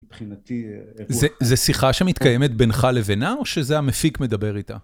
מבחינתי אירוע. זה שיחה שמתקיימת בינך לבינה, או שזה המפיק מדבר איתה?